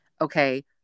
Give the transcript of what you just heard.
okay